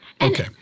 Okay